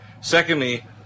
Secondly